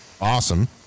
awesome